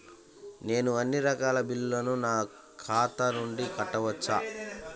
నేను అన్నీ రకాల బిల్లులను నా ఖాతా నుండి కట్టవచ్చా?